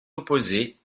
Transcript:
opposés